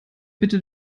bitte